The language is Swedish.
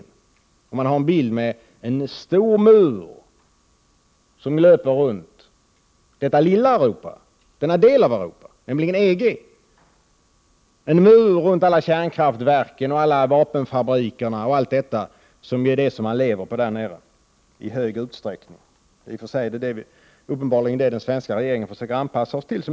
Där finns en bild med en stor mur som löper runt detta lilla Europa, nämligen EG, med en mur runt alla kärnkraftverken, vapenfabrikerna, som man ju lever på i stor utsträckning. I och för sig är det just vapenfabrikerna och kärnkraftverken som den svenska regeringen försöker anpassa oss till.